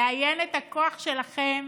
לאיין את הכוח שלכם